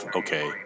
okay